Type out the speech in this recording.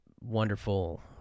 wonderful